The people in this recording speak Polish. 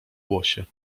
głosie